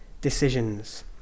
decisions